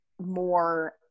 more